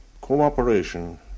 cooperation